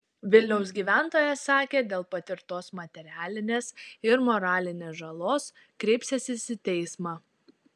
vilniaus gyventojas sakė dėl patirtos materialinės ir moralinės žalos kreipsiąsis į teismą